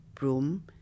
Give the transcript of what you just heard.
room